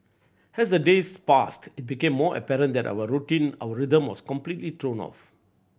as the days passed it became more apparent that our routine our rhythm was completely thrown off